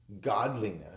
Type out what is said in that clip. godliness